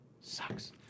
sucks